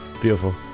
Beautiful